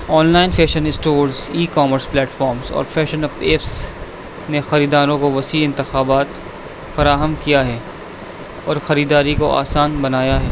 on line session stores e-commerce platforms اور fashion app apps نے خریداروں کو وسیع انتخابات فراہم کیا ہے اور خریداری کو آسان بنایا ہے